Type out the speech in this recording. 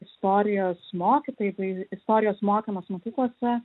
istorijos mokytojai tai istorijos mokymas mokyklose